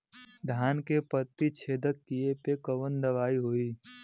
धान के पत्ती छेदक कियेपे कवन दवाई होई?